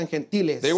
Gentiles